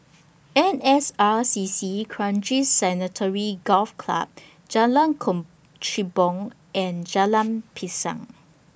N S R C C Kranji Sanctuary Golf Club Jalan Kechubong and Jalan Pisang